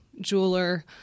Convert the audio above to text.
jeweler